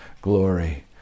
glory